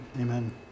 Amen